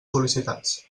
sol·licitats